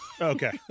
Okay